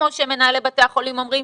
כמו שמנהלי בתי החולים אומרים.